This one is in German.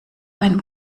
einem